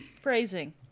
Phrasing